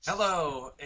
Hello